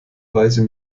weise